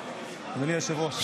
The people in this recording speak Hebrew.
אדוני היושב-ראש,